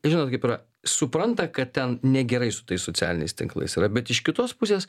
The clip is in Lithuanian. žinot kaip yra supranta kad ten negerai su tais socialiniais tinklais yra bet iš kitos pusės